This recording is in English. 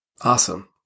Awesome